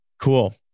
Cool